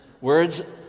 Words